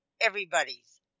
Everybody's